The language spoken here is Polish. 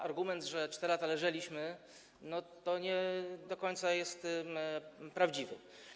Argument, że 4 lata leżeliśmy, nie do końca jest prawdziwy.